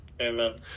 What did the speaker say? Amen